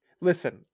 Listen